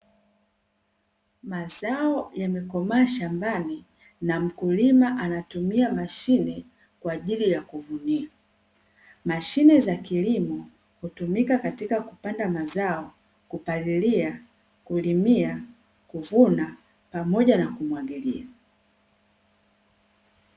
Mazao yamekomaa shambani na mkulima anatumia mashine kwa ajili ya kuvunia. Mashine za kilimo hutumika katika kupanda mazao; kupalilia, kulimia, kuvuna pamoja na kumwagilia.